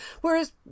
whereas